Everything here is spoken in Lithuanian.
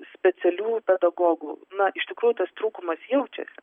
specialių pedagogų na iš tikrųjų tas trūkumas jaučiasi